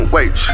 Wait